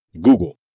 Google